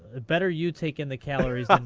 better you taking the calories ah